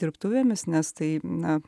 dirbtuvėmis nes tai na